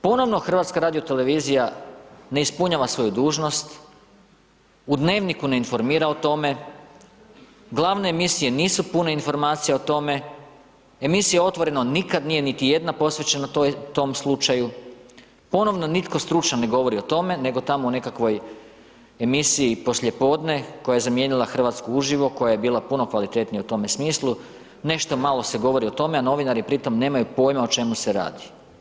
Ponovno HRT ne ispunjava svoju dužnost, u dnevniku ne informira o tome, glavne emisije nisu pune informacija o tome, emisija Otvoreno nikad nije niti jedna posvećena toj, tom slučaju, ponovno nitko stručan ne govori o tome nego tamo u nekakvoj emisiji poslijepodne koja je zamijenila Hrvatsku uživo koja je bila puno kvalitetnija u tome smislu, nešto malo se govori o tome, a novinari pri tom nemaju poima o čemu se radi.